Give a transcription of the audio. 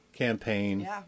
Campaign